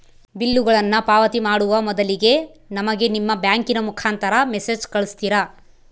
ಬಿಲ್ಲುಗಳನ್ನ ಪಾವತಿ ಮಾಡುವ ಮೊದಲಿಗೆ ನಮಗೆ ನಿಮ್ಮ ಬ್ಯಾಂಕಿನ ಮುಖಾಂತರ ಮೆಸೇಜ್ ಕಳಿಸ್ತಿರಾ?